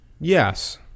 Yes